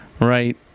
Right